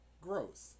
growth